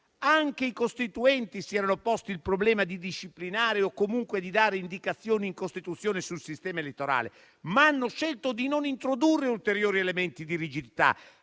Anche i Costituenti si erano posti il problema di disciplinare o comunque di dare indicazioni in Costituzione sul sistema elettorale, ma hanno scelto di non introdurre ulteriori elementi di rigidità,